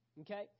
Okay